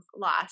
lost